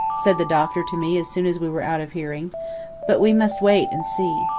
said the doctor to me as soon as we were out of hearing but we must wait and see.